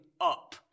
up